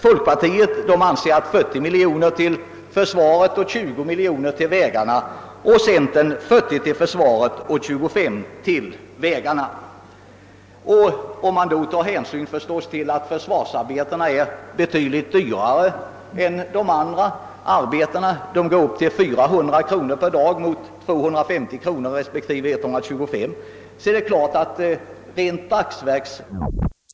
Folkpartiet anser att 40 miljoner kronor bör gå till försvaret och 20 miljoner kronor till vägarna, medan centerpartiet föreslår 40 miljoner kronor till försvaret och 25 miljoner kronor till vägarna. Om man tar hänsyn till att försvarsarbetena är betydligt kostsammare än de andra arbetena — kostnaderna uppgår till 400 kronor per dagsverke mot 250 respektive 125 kronor för andra arbeten — så är det klart att rent dagsverksmässigt väger de olika reservationerna ganska jämnt.